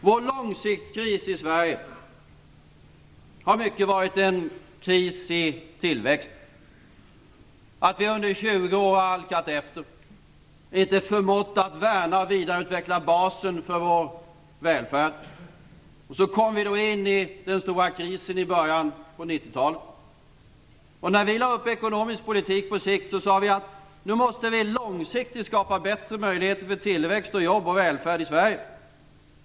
Vår långsiktskris i Sverige har till stor del varit en kris i tillväxten. Under 20 år har vi halkat efter och inte förmått att värna och vidareutveckla basen för vår välfärd. Vi kom nu in i den stora krisen i början på 90-talet. När vi lade upp den ekonomiska politiken sade vi att vi långsiktigt måste skapa bättre möjligheter för tillväxt, jobb och välfärd i Sverige.